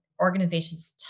organization's